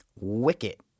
Wicket